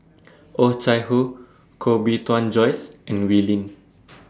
Oh Chai Hoo Koh Bee Tuan Joyce and Wee Lin